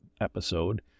episode